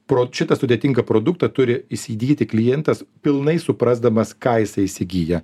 pro šitą sudėtingą produktą turi įsigyti klientas pilnai suprasdamas ką jisai įsigyja